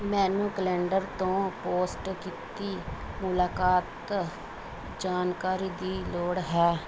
ਮੈਨੂੰ ਕੈਲੰਡਰ ਤੋਂ ਪੋਸਟ ਕੀਤੀ ਮੁਲਾਕਾਤ ਜਾਣਕਾਰੀ ਦੀ ਲੋੜ ਹੈ